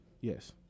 Yes